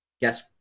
guess